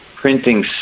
printing